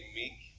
meek